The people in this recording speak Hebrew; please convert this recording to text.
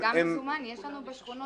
אבל גם מזומן יש לנו בשכונות.